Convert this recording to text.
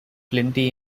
plenty